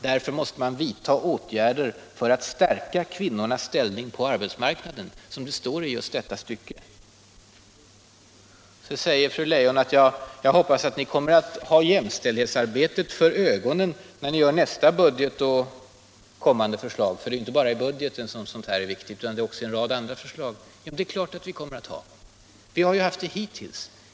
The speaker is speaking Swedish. Därför måste man vidta åtgärder för att stärka kvinnornas ställning på arbetsmarknaden, som det står just i detta stycke. Sedan säger fru Leijon: Jag hoppas att ni kommer att ha jämställdhetsarbetet för ögonen när ni gör nästa budget och kommande förslag. Det är ju inte bara i budgeten som sådant här är viktigt, utan också i en rad andra förslag. Det är klart att vi kommer att ha det för ögonen —- vi har ju haft det hittills.